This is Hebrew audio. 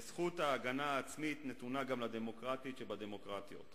וזכות ההגנה העצמית נתונה גם לדמוקרטית שבדמוקרטיות.